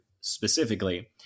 specifically